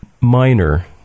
minor